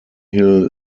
hill